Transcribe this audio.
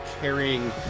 carrying